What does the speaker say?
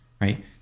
right